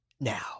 now